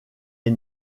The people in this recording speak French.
est